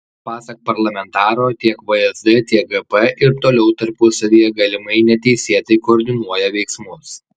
pasak parlamentaro tiek vsd tiek gp ir toliau tarpusavyje galimai neteisėtai koordinuoja veiksmus